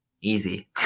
Easy